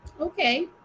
Okay